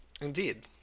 Indeed